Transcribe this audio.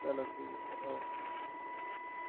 चलो ठीक ऐ सर ओके